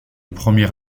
premier